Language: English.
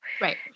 right